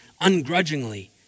ungrudgingly